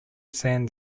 san